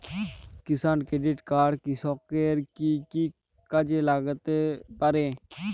কিষান credit card কৃষকের কি কি কাজে লাগতে পারে?